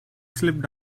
slipped